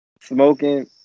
Smoking